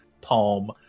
palm